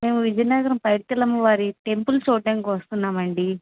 మేము విజయనగరం పైడితల్లి అమ్మవారి టెంపుల్ చూడడానికి వస్తన్నాం అండి